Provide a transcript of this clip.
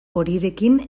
horirekin